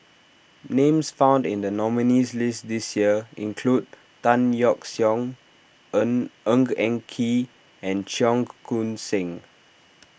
names found in the nominees' list this year include Tan Yeok Seong Ng Eng and Kee and Cheong Koon Seng